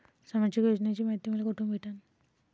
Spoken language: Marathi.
सामाजिक योजनेची मायती मले कोठून भेटनं?